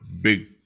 big